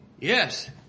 yes